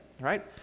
right